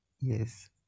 Yes